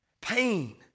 Pain